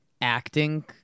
acting